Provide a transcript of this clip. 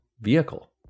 vehicle